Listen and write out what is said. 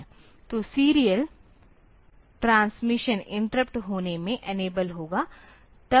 तो serial transmission interrupt होने में इनेबल होगा